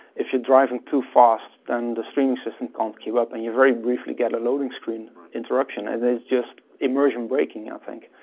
if you're driving too fast, then the streaming system can't keep up, and you very briefly get a loading screen interruption, and that is just immersion breaking, i think.